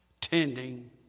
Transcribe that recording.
tending